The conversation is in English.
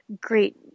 great